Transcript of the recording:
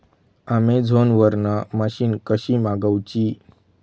Amazon वरन machine कशी मागवची?